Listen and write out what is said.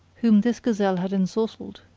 whom this gazelle had ensorcelled.